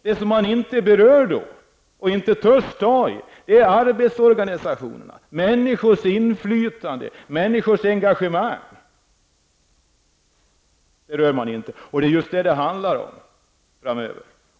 Det man inte berör och den fråga man inte törs ta upp är arbetsorganisationerna, människors inflytande och engagemang. Det är just detta som helt ställs åt sidan, som det måste handla om framöver.